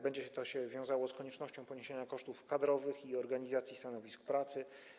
Będzie się to wiązało z koniecznością poniesienia kosztów kadrowych i organizacji stanowisk pracy.